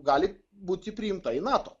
gali būti priimta į nato